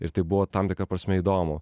ir tai buvo tam tikra prasme įdomu